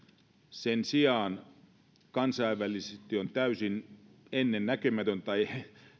sen sijaan kansainvälisesti on täysin ennennäkemätöntä tai